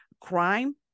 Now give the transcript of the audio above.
crime